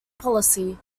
policy